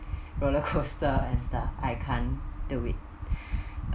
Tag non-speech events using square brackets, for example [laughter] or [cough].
[breath] roller coaster and stuff I can't do it [breath]